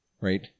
Right